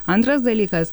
antras dalykas